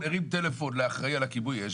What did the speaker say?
נגלה שיש שם בערך רבע מיליון בני אדם.